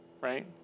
right